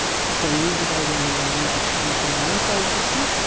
fifteen years ago we only really knew about planets in our own solar system,